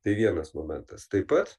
tai vienas momentas taip pat